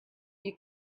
you